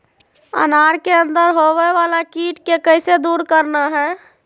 अनार के अंदर होवे वाला कीट के कैसे दूर करना है?